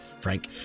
Frank